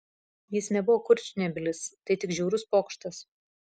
jis nebuvo kurčnebylis tai tik žiaurus pokštas